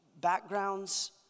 backgrounds